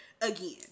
again